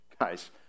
Guys